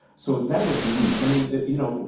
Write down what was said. so that was unique. i mean, you know,